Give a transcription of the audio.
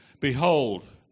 Behold